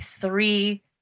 three